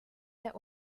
der